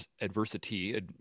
Adversity